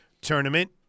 tournament